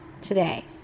today